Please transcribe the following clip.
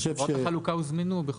חברות החלוקה הוזמנו.